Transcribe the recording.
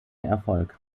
erfolg